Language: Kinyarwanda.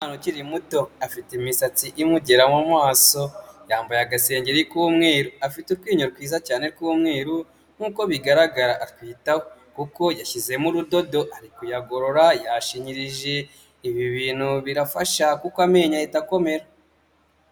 Umwana ukiri muto afite imisatsi imugera mu maso yambaye agasengeri k'umweru, afite utwinyo twiza cyane tw'umweru, nk'uko bigaragara atwitaho kuko yashyizemo urudodo ari kuyagorora yashinyirije, ibi bintu birafasha kuko amenyo ahita akomera.